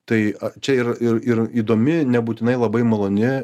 tai čia ir ir ir įdomi nebūtinai labai maloni